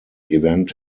event